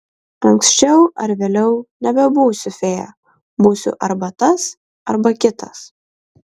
anksčiau ar vėliau nebebūsiu fėja būsiu arba tas arba kitas